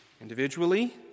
individually